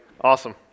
Awesome